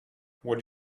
what